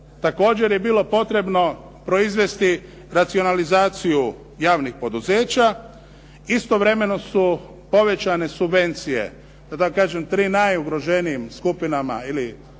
Također je bilo potrebno proizvesti racionalizaciju javnih poduzeća. Istovremeno su povećane subvencije, da tko kažem tri najugroženijim skupinama ili